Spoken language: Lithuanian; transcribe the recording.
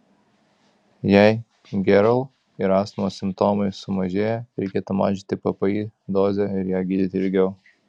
jei gerl ir astmos simptomai sumažėja reikėtų mažinti ppi dozę ir ja gydyti ilgiau